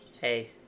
hey